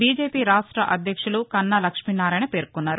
BJP రాష్ట్ర అధ్యక్షుదు కన్నా లక్ష్మీనారాయణ పేర్కొన్నారు